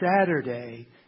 Saturday